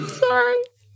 sorry